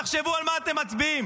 תחשבו על מה אתם מצביעים.